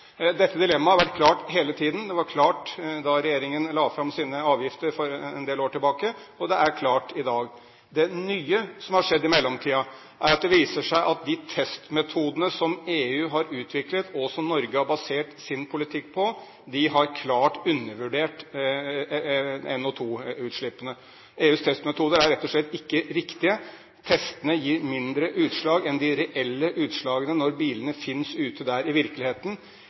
Dette dilemmaet har vært klart hele tiden, det var klart da regjeringen la fram sine avgifter for en del år tilbake, og det er klart i dag. Det nye som har skjedd i mellomtiden, er at det viser seg at de testmetodene som EU har utviklet, og som Norge har basert sin politikk på, klart har undervurdert NO2-utslippene. EUs testmetoder er rett og slett ikke riktige, testene gir mindre utslag enn de reelle utslagene når bilene finnes der ute i virkeligheten.